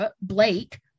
Blake